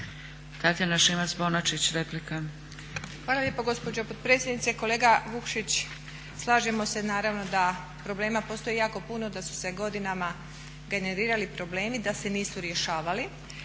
**Šimac Bonačić, Tatjana (SDP)** Hvala lijepo gospođo potpredsjednice. Kolega Vukšić slažemo se naravno da problema postoji jako puno da su se godinama generirali problemi, da se nisu rješavali.